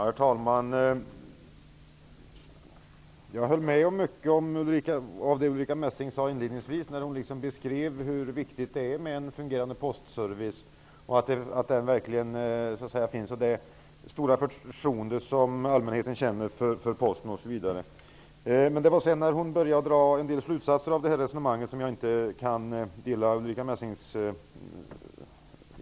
Herr talman! Jag instämmer i mycket av det som Ulrica Messing inledningsvis sade. Hon beskrev ju hur viktigt det är med en fungerande postservice. Hon talade också om det stora förtroende för Men när Ulrica Messing började dra en del slutsatser av förda resonemang kan jag inte längre hålla med.